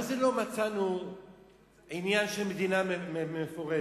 מה זה לא מצאנו עניין של מדינה מפורזת?